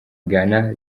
ghana